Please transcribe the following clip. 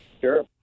Sure